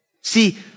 See